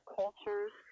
cultures